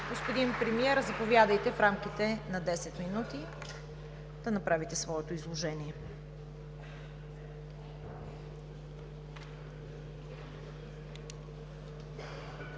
Господин Премиер, заповядайте в рамките на 10 минути да направите своето изложение.